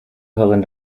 gehören